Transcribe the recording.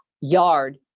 yard